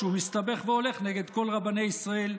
שהוא מסתבך והולך נגד כל רבני ישראל.